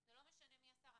זה לא משנה מי השר,